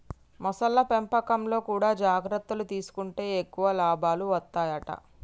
మొసళ్ల పెంపకంలో కూడా జాగ్రత్తలు తీసుకుంటే ఎక్కువ లాభాలు వత్తాయట